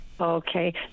Okay